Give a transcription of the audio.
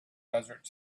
desert